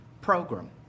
program